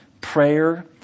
Prayer